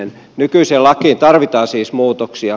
nykyiseen lakiin tarvitaan siis muutoksia